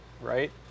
right